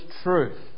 truth